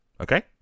Okay